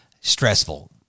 stressful